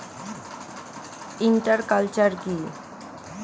Inter culture কি?